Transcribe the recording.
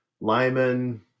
Lyman